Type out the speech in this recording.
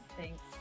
Thanks